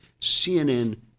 CNN